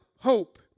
Hope